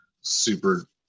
super